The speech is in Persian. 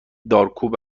دارکوب